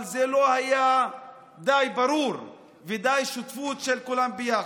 אבל זה לא היה די ברור ודי בשותפות של כולם יחד.